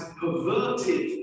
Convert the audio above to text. perverted